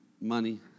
money